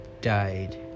died